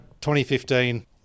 2015